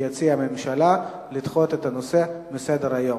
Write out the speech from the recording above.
כי הציעה הממשלה להסיר את הנושא מסדר-היום.